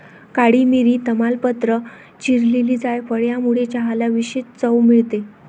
काळी मिरी, तमालपत्र, चिरलेली जायफळ यामुळे चहाला विशेष चव मिळते